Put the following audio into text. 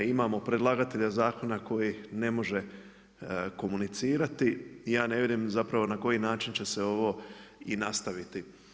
Imamo predlagatelja zakona koji ne može komunicirati i ja ne vidim zapravo na koji način će se ovo i nastaviti.